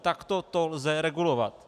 Takto to lze regulovat.